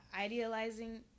idealizing